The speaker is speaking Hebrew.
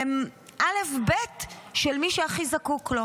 הן אלף-בית של מי שהכי זקוק לו.